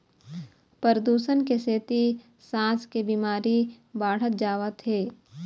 परदूसन के सेती सांस के बिमारी बाढ़त जावत हे